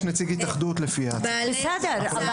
בסדר,